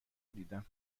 دیدم